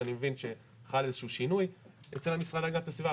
שאני מבין שחל איזשהו שינוי אצל המשרד להגנת הסביבה,